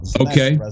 Okay